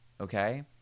okay